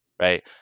right